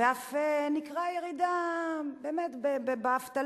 ואף ניכרת ירידה באבטלה.